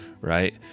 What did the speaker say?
Right